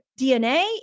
DNA